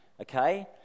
okay